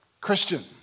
Christian